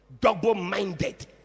Double-minded